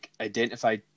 identify